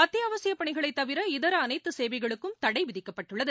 அத்தியாவசியபணிகளைதவிர இதர அனைத்துசேவைகளுக்கும் தடைவிதிக்கப்பட்டுள்ளது